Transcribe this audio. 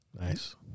Nice